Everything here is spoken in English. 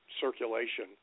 circulation